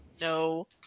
no